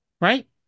Right